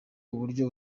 uburyo